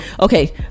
okay